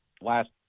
last